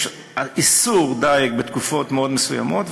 יש איסור דיג בתקופות מאוד מסוימות,